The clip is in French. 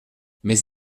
mais